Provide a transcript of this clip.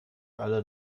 alle